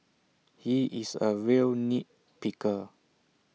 he is A real nit picker